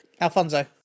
Alfonso